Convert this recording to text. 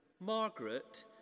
Margaret